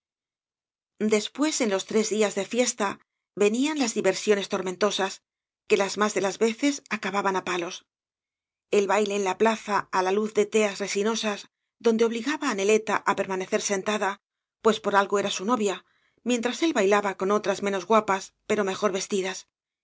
después en los tres días de fiestas venían las diversiones tormentosas que las más de las veces acababan á palos el baile en la plaza á la luz de teas resinosas donde obligaba á neleta á permanecer sentada pues por algo era su novia mientras él bailaba con otras menos guapas pero mejor vestidas